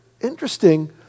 interesting